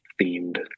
themed